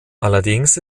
allerdings